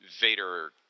Vader